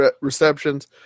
receptions